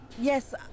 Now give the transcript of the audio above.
yes